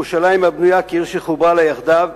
"ירושלם הבנויה כעיר שחברה לה יחדיו",